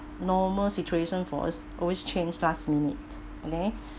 normal situation for us always change last minute